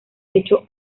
techo